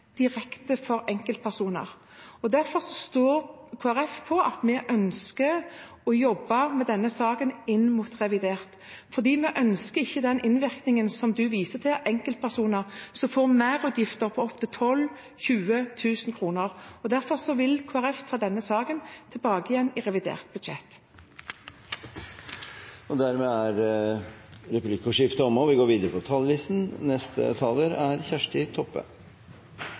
direkte innvirkning dette har hatt på enkeltpersoner, og derfor står Kristelig Folkeparti på at vi ønsker å jobbe med denne saken inn mot revidert. Vi ønsker ikke den innvirkningen på enkeltpersoner som representanten viser til, som får merutgifter på opptil 12 000–20 000 kr. Derfor vil Kristelig Folkeparti ta denne saken opp i forbindelse med revidert budsjett. Dermed er replikkordskiftet omme. I dag er det måndag, og neste torsdag er det julaftan. I Noreg kan vi